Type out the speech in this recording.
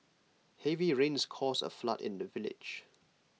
heavy rains caused A flood in the village